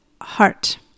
heart